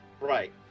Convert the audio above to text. Right